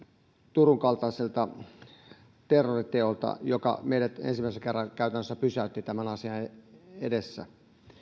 turun kaltaiselta terroriteolta joka meidät ensimmäisen kerran käytännössä pysäytti tämän asian edessä